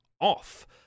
off